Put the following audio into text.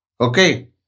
Okay